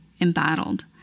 embattled